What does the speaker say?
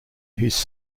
his